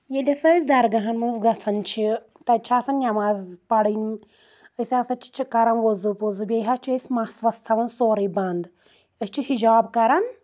ییٚلہِ ہسا أسۍ درگاہن منٛز گژھان چھِ تَتہِ چھِ آسان نؠماز پرٕنۍ أسۍ ہسا چھِ کران ووزوٗ پوٚزوٗ بیٚیہِ حظ چھِ أسۍ مَسوَس تھاوان سورُے بنٛد أسۍ چھِ ہِجاب کران